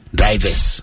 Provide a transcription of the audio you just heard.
drivers